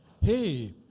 Hey